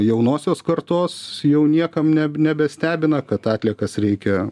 jaunosios kartos jau niekam ne nebestebina kad atliekas reikia